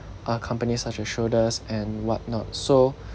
uh companies such as shoulders and whatnot so